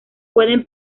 pueden